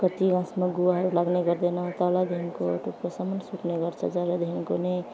कत्ति गाछमा गुवाहरू लाग्ने गर्दैन तलदेखिको टुप्पोसम्म सुक्ने गर्छ जरादेखिको नै